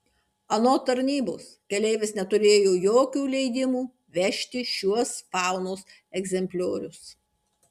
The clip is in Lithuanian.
anot tarnybos keleivis neturėjo jokių leidimų vežti šiuos faunos egzempliorius